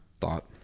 thought